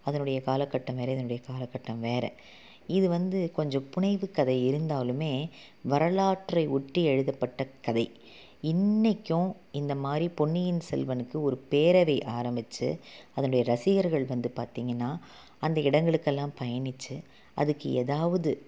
அதனுடைய காலக்கட்டம் வேறு இதனுடைய காலக்கட்டம் வேறு இது வந்து கொஞ்சம் புனைவு கதை இருந்தாலுமே வரலாற்றை ஒட்டி எழுதப்பட்ட கதை இன்றைக்கும் இந்த மாதிரி பொன்னியின் செலவனுக்கு ஒரு பேரவை ஆரம்பித்து அதனுடைய ரசிகர்கள் வந்து பார்த்தீங்கன்னா அந்த இடங்களுக்கு எல்லாம் பயணித்து அதுக்கு ஏதாவது